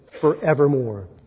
forevermore